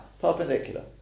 perpendicular